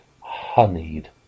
honeyed